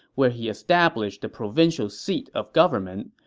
where he established the provincial seat of government.